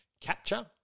capture